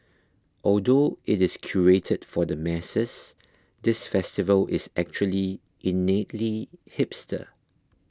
although it is curated for the masses this festival is actually innately hipster